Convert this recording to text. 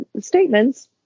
statements